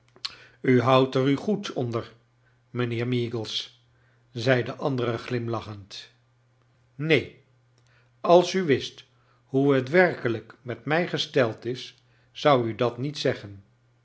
u houdt er u goed onder rrdjnheer meagles zei de andere glimlac h end neen als u wist hoe t werkelijk met mij gesteld is zoudt u dat niet zeggen